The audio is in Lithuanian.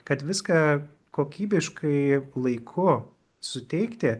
kad viską kokybiškai laiku suteikti